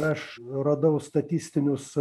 aš radau statistinius